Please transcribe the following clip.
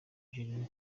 jeremy